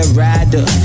rider